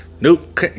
nope